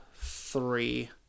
three